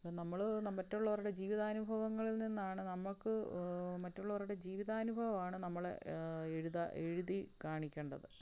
ഇപ്പം നമ്മൾ മറ്റുള്ളവരുടെ ജീവിതാനുഭവങ്ങളിൽ നിന്നാണ് നമുക്ക് മറ്റുള്ളവരുടെ ജീവിതാനുഭവമാണ് നമ്മളെ എഴുതാ എഴുതി കാണിക്കേണ്ടത്